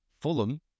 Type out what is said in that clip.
Fulham